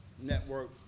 Network